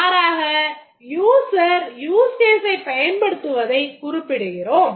மாறாக user use case ஐப் பயன்படுத்துவதைக் குறிப்பிடு கிறோம்